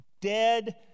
Dead